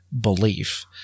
belief